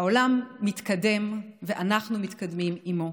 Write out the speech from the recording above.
העולם מתקדם ואנחנו מתקדמים עימו,